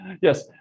Yes